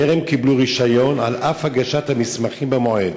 טרם קיבלו רישיון על אף הגשת המסמכים במועד,